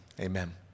amen